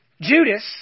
Judas